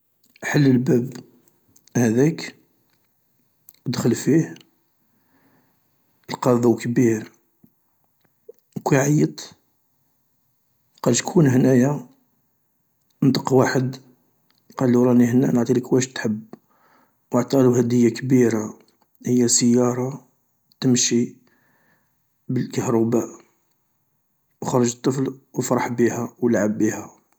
حل الباب هذاك ادخل فيه، تلقى ضوء كبير، كي عيط قال شكون هنايا، انطق واحد قالو راني اهنايا نعطيلك واش تحب واعطالو هدية كبيرة ،هي سيارة تمشي بالكهرباء، وخرج الطفل و افرح بيها والعب بيها.